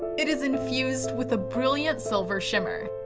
it is infused with a brilliant silver shimmer.